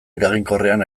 eraginkorragoan